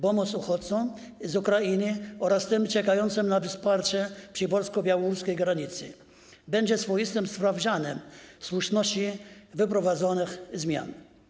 Pomoc uchodźcom z Ukrainy oraz tym czekającym na wsparcie przy polsko-białoruskiej granicy będzie swoistym sprawdzianem słuszności wprowadzonych zmian.